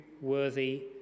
worthy